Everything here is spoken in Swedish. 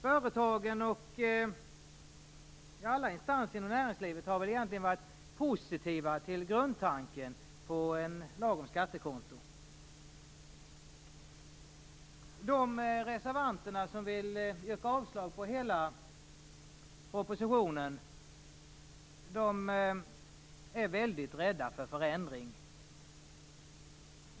Företagen och alla instanser inom näringslivet har väl egentligen varit positiva till grundtanken om en lag om skattekonto. De reservanter som vill avslå hela propositionen, är väldigt rädda för förändring.